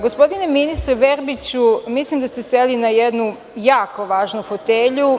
Gospodine ministre Verbiću, mislim da ste seli na jednu jako važnu fotelju.